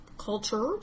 cultured